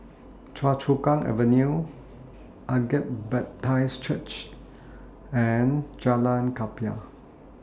Choa Chu Kang Avenue Agape Church and Jalan Klapa